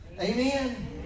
Amen